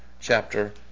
chapter